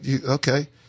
Okay